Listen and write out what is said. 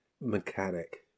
mechanic